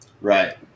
Right